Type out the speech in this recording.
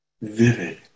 vivid